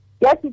Yes